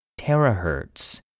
terahertz